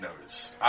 notice